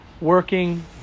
working